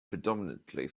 predominantly